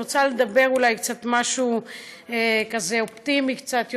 ואני רוצה לדבר אולי קצת על משהו אופטימי קצת יותר.